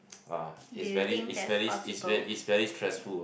uh is very is very is ver~ is very stressful